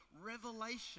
revelation